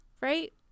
Right